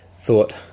thought